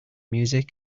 music